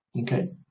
Okay